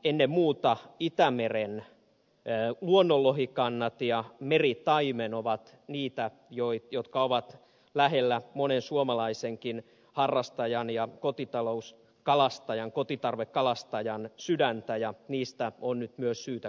ennen muuta itämeren luonnonlohikannat ja meritaimen ovat niitä jotka ovat lähellä monen suomalaisenkin harrastajan ja kotitalouskalastajan kotitarvekalastajan sydäntä ja niistä on nyt myös syytä kantaa huolta